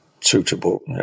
suitable